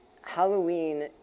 Halloween